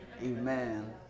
Amen